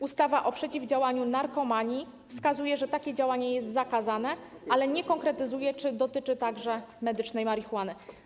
Ustawa o przeciwdziałaniu narkomanii wskazuje, że takie działanie jest zakazane, ale nie konkretyzuje, czy dotyczy to także medycznej marihuany.